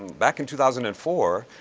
back in two thousand and four,